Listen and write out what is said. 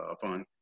Fund